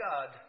God